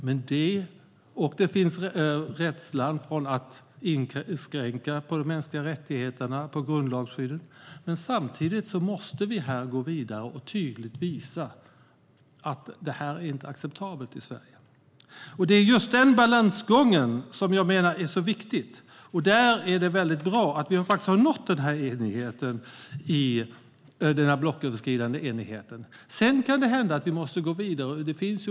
Det finns också en rädsla för att inskränka de grundlagsskyddade mänskliga rättigheterna. Men samtidigt måste vi här gå vidare och tydligt visa att det här inte är acceptabelt i Sverige. Det är just den balansgången som jag menar är viktig. Därför är det bra att vi har nått den här blocköverskridande enigheten. Sedan kan det hända att vi måste gå vidare.